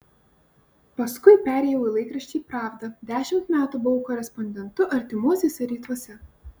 paskui perėjau į laikraštį pravda dešimt metų buvau korespondentu artimuosiuose rytuose